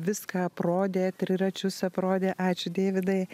viską aprodė triračius aprodė ačiū deividai